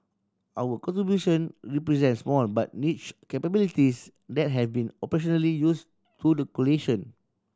our contribution represent small but niche capabilities that have been operationally use to the coalition